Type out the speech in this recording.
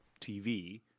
TV